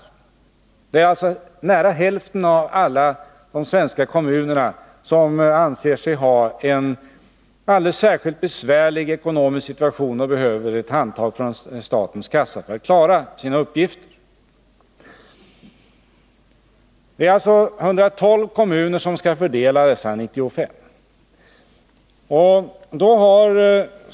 Det är alltså nära hälften av alla svenska kommuner som anser att de har en alldeles särskilt besvärlig ekonomisk situation och behöver hjälp från statens kassa för att klara sina uppgifter. Det är alltså på 112 kommuner som dessa 95 milj.kr. skall fördelas.